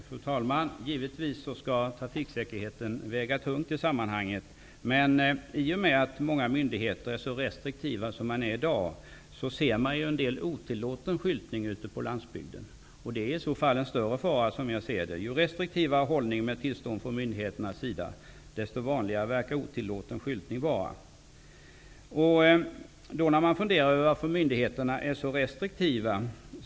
Fru talman! Trafiksäkerheten skall givetvis väga tungt i sammanhanget. I och med att många myndigheter är så restriktiva i dag, ser man en del otillåten skyltning ute på landsbygden. Som jag ser det är det i så fall en större fara. Ju restriktivare hållning myndigheterna har när det gäller tillstånd, desto vanligare verkar otillåten skyltning vara. Man kan fundera över varför myndigheterna är så restriktiva.